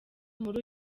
muri